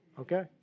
Okay